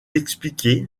expliqué